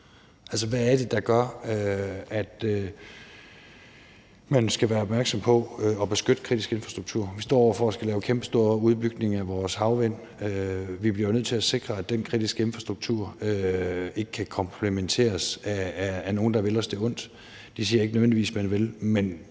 hvad er det, der gør, at man skal være opmærksom på at beskytte kritisk infrastruktur? Vi står over for at skulle lave en kæmpestor udbygning af vores havvind. Vi bliver jo nødt til at sikre, at den kritiske infrastruktur ikke kan kompromitteres af nogle, der vil os det ondt. Det siger jeg ikke nødvendigvis at man vil. Men